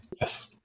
Yes